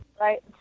Right